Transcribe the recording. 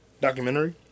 documentary